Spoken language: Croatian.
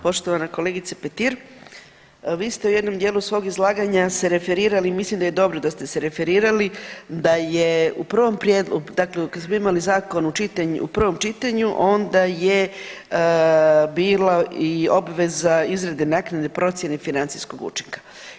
Poštovana kolegice Petir, vi ste u jednom djelu svog izlaganja referirali i mislim da je dobro da ste se referirali da je u prvom prijedlogu, dakle kad smo imali zakon u prvom čitanju onda je bila i obveza izrade naknade procjena financijskog učinka.